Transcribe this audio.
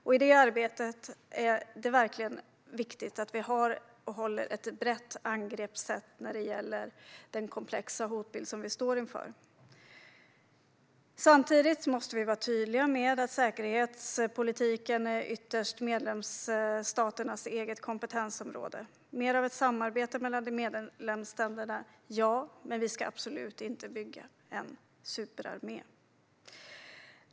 I det arbetet är det verkligen viktigt att vi har ett brett angreppssätt när det gäller den komplexa hotbild som vi står inför. Samtidigt måste vi vara tydliga med att säkerhetspolitiken ytterst är medlemsstaternas eget kompetensområde - gärna mer av samarbete mellan medlemsländerna, men vi ska absolut inte bygga någon superarmé!